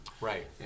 right